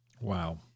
Wow